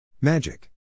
Magic